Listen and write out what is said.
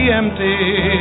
empty